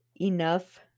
enough